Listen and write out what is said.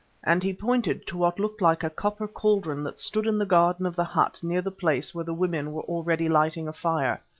and he pointed to what looked like a copper cauldron that stood in the garden of the hut near the place where the women were already lighting a fire,